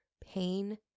pain